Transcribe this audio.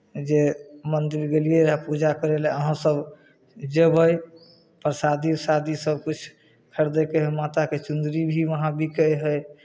जे मन्दिर गेलियै रहए पूजा करय लेल अहाँसभ जेबै प्रसादी उरसादी सभकिछु खरिदैके हइ माताके चुन्दरी भी वहाँ बिकै हइ